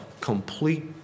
complete